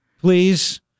Please